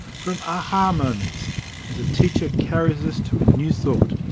from aha! moments as a teacher carries us to a new thought.